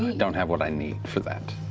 don't have what i need for that.